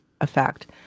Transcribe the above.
effect